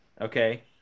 Okay